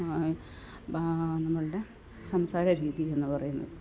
ഈ നമ്മളുടെ സംസാരരീതി എന്ന് പറയുന്നത്